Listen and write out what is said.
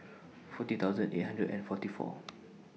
forty thousand eight hundred and forty four